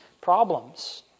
problems